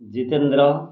Jitendra